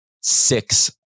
six